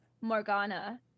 morgana